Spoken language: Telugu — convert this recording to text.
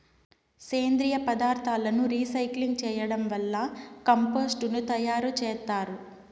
సేంద్రీయ పదార్థాలను రీసైక్లింగ్ చేయడం వల్ల కంపోస్టు ను తయారు చేత్తారు